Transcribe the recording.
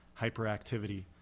hyperactivity